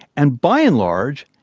and by and large,